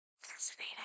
fascinating